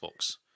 Xbox